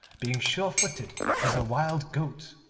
being sure-footed as a wild goat,